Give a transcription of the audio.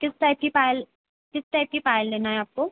किस टाइप की पायल किस टाइप की पायल लेना है आपको